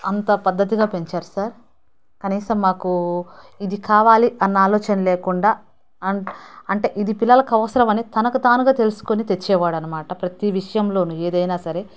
అంత పద్ధతిగా పెంచారు సార్ కనీసం మాకు ఇది కావాలి అన్న ఆలోచన లేకుండా అన్ అంటే ఇది పిల్లలకు అవసరమని తనకు తానుగా తెలుసుకుని తెచ్చేవాడు అనమాట ప్రతి విషయంలోను ఏదైనా సరే